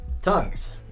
Tongues